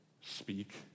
speak